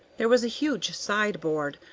there was a huge sideboard,